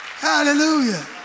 Hallelujah